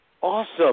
awesome